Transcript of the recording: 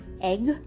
egg